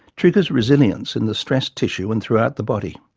triggers resilience in the stressed tissue and throughout the body.